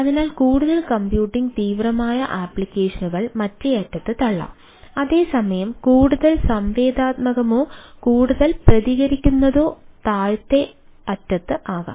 അതിനാൽ കൂടുതൽ കമ്പ്യൂട്ടിംഗ് തീവ്രമായ ആപ്ലിക്കേഷനുകൾ മറ്റേ അറ്റത്തേക്ക് തള്ളാം അതേസമയം കൂടുതൽ സംവേദനാത്മകമോ കൂടുതൽ പ്രതികരിക്കുന്നതോ താഴത്തെ അറ്റത്ത് ആകാം